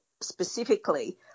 specifically